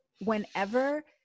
whenever